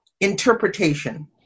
interpretation